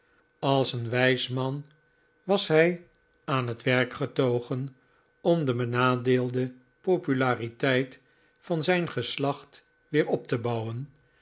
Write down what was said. als een wijs man was hij aan p i p het werk getogen om de benadeelde populariteit van zijn geslacht weer op te bouwen